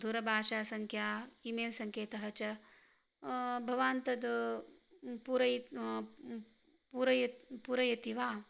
दूरभाषासङ्ख्या email सङ्केतः च भवान् तत् पूरयित्वा पूरयित्वा पूरयति वा